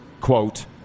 quote